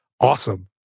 awesome